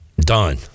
done